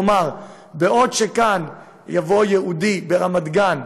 כלומר, בעוד שכאן יבוא יהודי ברמת גן,